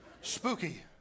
spooky